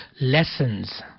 lessons